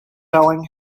telling